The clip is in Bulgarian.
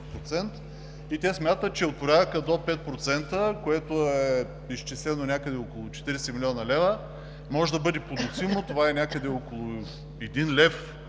Те смятат, че в порядъка до 5%, за което е изчислено, че е някъде около 40 млн. лв., може да бъде поносимо и това е някъде около един лев.